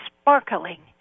sparkling